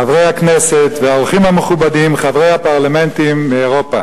חברי הכנסת והאורחים המכובדים חברי הפרלמנטים מאירופה,